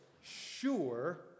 sure